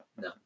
No